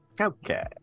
Okay